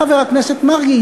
חבר הכנסת מרגי,